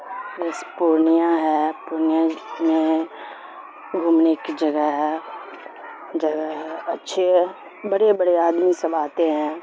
جیسے پورنیا ہے پورنیا میں گھومنے کی جگہ ہے جگہ ہے اچھے بڑے بڑے آدمی سب آتے ہیں